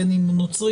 בין אם הוא נוצרי,